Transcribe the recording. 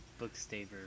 Bookstaver